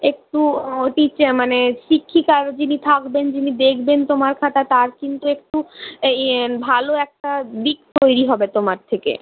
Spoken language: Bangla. একটু টিচা মানে শিক্ষিকার যিনি থাকবেন যিনি দেখবেন তোমার খাতা তার কিন্তু একটু এ ভালো একটা দিক তৈরি হবে তোমার থেকে